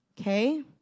okay